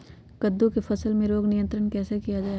कददु की फसल में रोग नियंत्रण कैसे किया जाए?